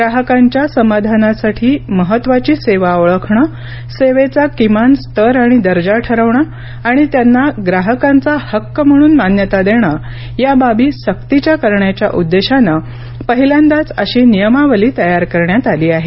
ग्राहकांच्या समाधानासाठी महत्त्वाची सेवा ओळखणं सेवेचा किमान स्तर आणि दर्जा ठरवणं आणि त्यांना ग्राहकांचा हक्क म्हणून मान्यता देणं या बाबी सक्तीच्या करण्याच्या उद्देशानं पहिल्यांदाच अशी नियमावली तयार करण्यात आली आहे